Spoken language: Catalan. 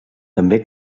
també